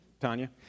Tanya